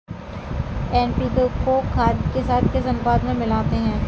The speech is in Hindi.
एन.पी.के को खाद के साथ किस अनुपात में मिलाते हैं?